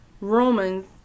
Romans